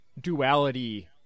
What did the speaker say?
duality